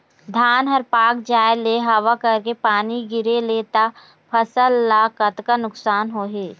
धान हर पाक जाय ले हवा करके पानी गिरे ले त फसल ला कतका नुकसान होही?